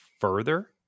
further